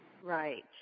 Right